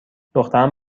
دختران